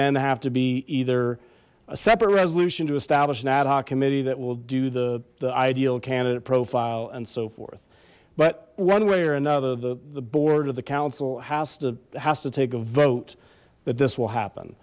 then have to be either a separate resolution to establish an ad hoc committee that will do the ideal candidate profile and so forth but one way or another the the board of the council has to has to take a vote that this will happen